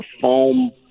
foam